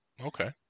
Okay